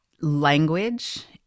Language